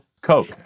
Coke